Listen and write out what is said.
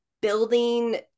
building